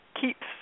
keeps